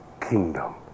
kingdom